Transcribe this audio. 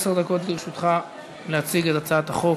עשר דקות לרשותך להציג את הצעת החוק.